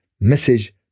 message